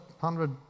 hundred